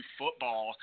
football